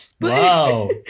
Wow